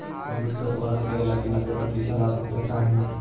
jute के उत्पादन करे लगी नब्बे प्रतिशत आर्द्रता चाहइ